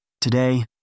Today